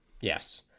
Yes